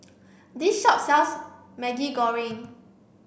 this shop sells Maggi Goreng